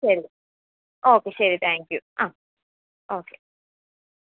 ശരി ഓക്കെ ശരി thank you ആ ഓക്കെ